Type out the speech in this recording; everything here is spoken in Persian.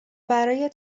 برای